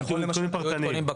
היו עדכונים בקריות,